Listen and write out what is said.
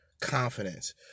confidence